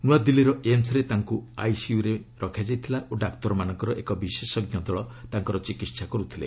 ନୂଆଦିଲ୍ଲୀର ଏମସ୍ରେ ତାଙ୍କୁ ଆଇସିୟୁ ମଧ୍ୟରେ ରଖାଯାଇଥିଲା ଓ ଡାକ୍ତରମାନଙ୍କର ଏକ ବିଶେଷଜ୍ଞ ଦଳ ତାଙ୍କର ଚିକିତ୍ସା କରୁଥିଲେ